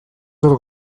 dut